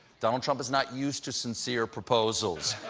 donald trump is not used to sincere proposals.